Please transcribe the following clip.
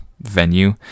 venue